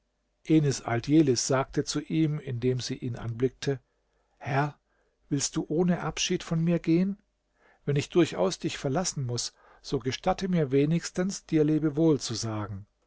aldjelis sagte zu ihm indem sie ihn anblickte herr willst du ohne abschied von mir gehen wenn ich durchaus dich verlassen muß so gestatte mir wenigstens dir lebewohl zu sagen